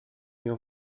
nią